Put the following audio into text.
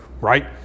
right